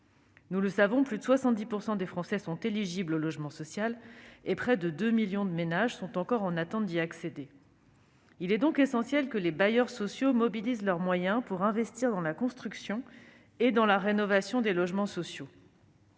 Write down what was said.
Nous le savons, plus de 70 % des Français sont éligibles au logement social et près de 2 millions de ménages sont encore en attente d'y accéder. Il est donc essentiel que les bailleurs sociaux mobilisent leurs moyens pour investir dans la construction et dans la rénovation. Alors que